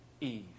Eve